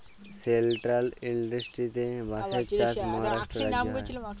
central ইলডিয়াতে বাঁশের চাষ মহারাষ্ট্র রাজ্যে হ্যয়